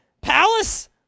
palace